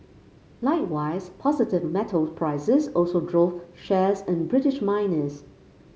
likewise positive metals prices also drove shares in British miners